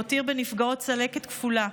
מותיר בנפגעות צלקת כפולה,